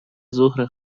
زهره